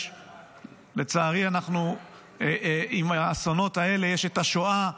לצערי, אנחנו עם האסונות האלה, יש את השואה,